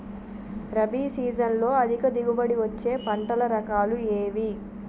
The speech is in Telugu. రబీ సీజన్లో అధిక దిగుబడి వచ్చే పంటల రకాలు ఏవి?